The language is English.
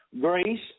grace